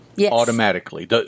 automatically